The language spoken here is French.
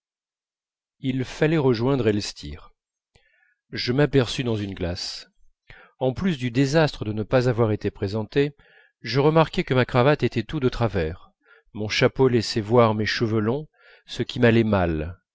il fallait rejoindre elstir je m'aperçus dans une glace en plus du désastre de ne pas avoir été présenté je remarquai que ma cravate était tout de travers mon chapeau laissait voir mes cheveux longs ce qui m'allait mal